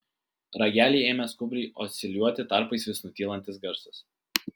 ragelyje ėmė skubriai osciliuoti tarpais vis nutylantis garsas